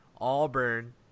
Auburn